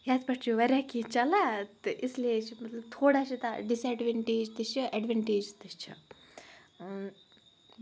یَتھ پٮ۪ٹھ چھُ واریاہ کینٛہہ چَلان تہٕ اِسلیے چھِ مطلب تھوڑا تَتھ ڈِس اٮ۪ڈوٮ۪نٛٹیج تہِ چھِ اٮ۪ڈوٮ۪نٛٹیج تہِ چھِ